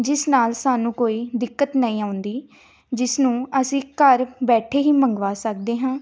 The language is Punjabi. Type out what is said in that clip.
ਜਿਸ ਨਾਲ ਸਾਨੂੰ ਕੋਈ ਦਿੱਕਤ ਨਹੀਂ ਆਉਂਦੀ ਜਿਸ ਨੂੰ ਅਸੀਂ ਘਰ ਬੈਠੇ ਹੀ ਮੰਗਵਾ ਸਕਦੇ ਹਾਂ